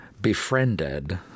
befriended